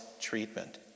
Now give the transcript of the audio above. treatment